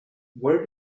where